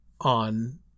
on